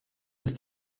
ist